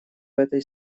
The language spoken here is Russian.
этой